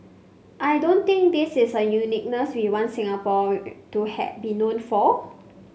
I don't think this is a uniqueness we want Singapore to be known for